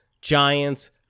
Giants